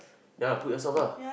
ya put yourself lah